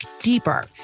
deeper